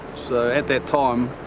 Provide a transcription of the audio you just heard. so, at that time,